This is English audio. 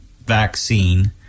vaccine